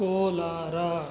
Kolar